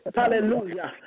hallelujah